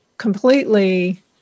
completely